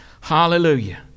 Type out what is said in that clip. Hallelujah